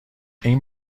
این